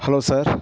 hello sir